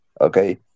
Okay